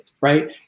right